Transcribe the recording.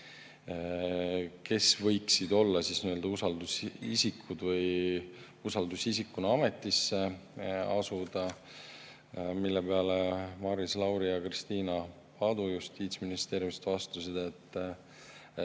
kes võiksid olla usaldusisikud ehk siis usaldusisikuna ametisse asuda. Selle peale Maris Lauri ja Kristiina Padu Justiitsministeeriumist vastasid, et